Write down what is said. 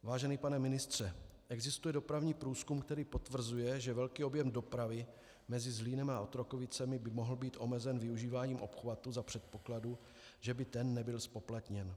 Vážený pane ministře, existuje dopravní průzkum, který potvrzuje, že velký objem dopravy mezi Zlínem a Otrokovicemi by mohl být omezen využíváním obchvatu za předpokladu, že by ten nebyl zpoplatněn.